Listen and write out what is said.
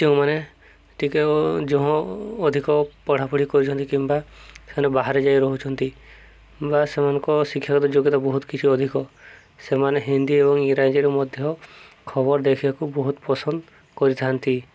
ଯେଉଁମାନେ ଟିକେ ଯଁହ ଅଧିକ ପଢ଼ାପଢ଼ି କରୁଛନ୍ତି କିମ୍ବା ସେମାନେ ବାହାରେ ଯାଇ ରହୁଛନ୍ତି ବା ସେମାନଙ୍କ ଶିକ୍ଷାଗତ ଯୋଗ୍ୟତା ବହୁତ କିଛି ଅଧିକ ସେମାନେ ହିନ୍ଦୀ ଏବଂ ଇଂରାଜୀରୁ ମଧ୍ୟ ଖବର ଦେଖିବାକୁ ବହୁତ ପସନ୍ଦ କରିଥାନ୍ତି